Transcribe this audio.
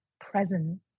present